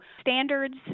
standards